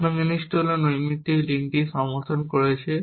প্রথম জিনিসটি হল যে নৈমিত্তিক লিঙ্কটি সমর্থন করছে